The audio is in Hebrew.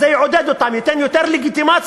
אז זה יעודד אותם, ייתן יותר לגיטימציה